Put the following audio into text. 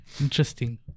interesting